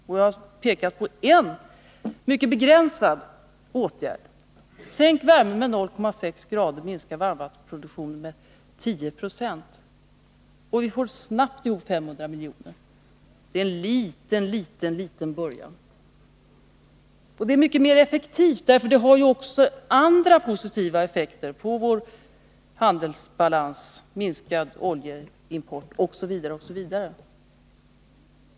Jag har här pekat på en, mycket begränsad, åtgärd: Sänk värmen med 0,6 grader och minska varmvattenproduktionen med 10 96, och vi får snabbt ihop 500 miljoner. Det är en ytterst liten början. Men det är mycket mer effektivt, för det får också andra positiva effekter, nämligen effekter på vår handelsbalans, minskad oljeimport osv.